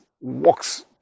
walks